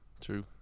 true